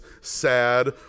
sad